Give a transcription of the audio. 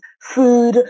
food